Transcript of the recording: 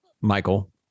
Michael